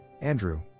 Andrew